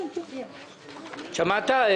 שמעת?